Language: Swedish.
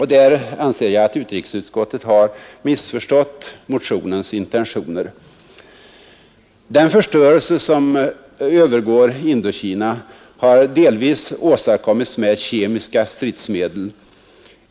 Här anser jag att utrikesutskottet missförstått motionens intentioner. Den förstörelse som övergår Indokina har delvis åstadkommits med kemiska stridsmedel.